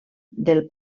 del